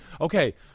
Okay